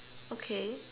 okay